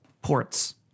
ports